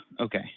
Okay